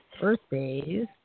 Birthdays